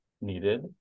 needed